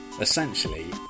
essentially